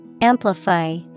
Amplify